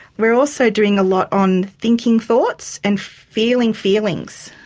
we're also doing a lot on thinking thoughts and feeling feelings.